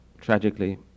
tragically